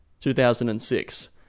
2006